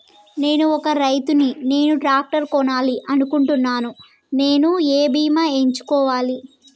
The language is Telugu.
నేను ఒక రైతు ని నేను ట్రాక్టర్ కొనాలి అనుకుంటున్నాను నేను ఏ బీమా ఎంచుకోవాలి?